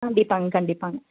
கண்டிப்பாங்க கண்டிப்பாங்க